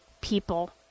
people